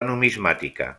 numismàtica